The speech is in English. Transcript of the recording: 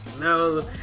No